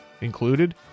included